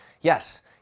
Yes